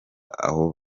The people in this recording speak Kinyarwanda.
aho